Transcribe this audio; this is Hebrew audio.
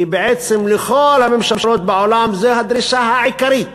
כי בעצם לכל הממשלות בעולם זו הדרישה העיקרית